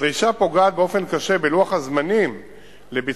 הדרישה פוגעת באופן קשה בלוח הזמנים לביצוע